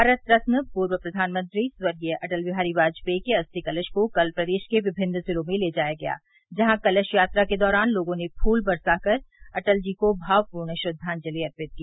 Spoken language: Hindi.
भारत रत्न पूर्व प्रधानमंत्री स्वर्गीय अटल बिहारी वाजपेई के अस्थि कलश को कल प्रदेश के विमिन्न जिलों में ले जाया गया जहां कलश यात्रा के दौरान लोगों ने फूल बरसा कर अटल जी को भावपूर्ण श्रद्वाजलि अर्पित की